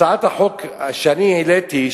הצעת החוק שאני העליתי,